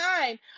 time